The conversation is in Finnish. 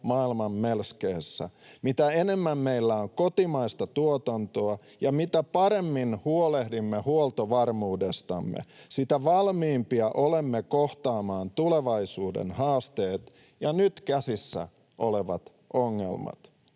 maailman melskeessä. Mitä enemmän meillä on kotimaista tuotantoa ja mitä paremmin huolehdimme huoltovarmuudestamme, sitä valmiimpia olemme kohtaamaan tulevaisuuden haasteet ja nyt käsillä olevat ongelmat.